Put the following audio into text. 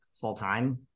full-time